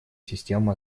систему